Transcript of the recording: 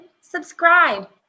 subscribe